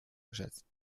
unterschätzt